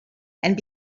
and